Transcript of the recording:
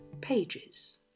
pages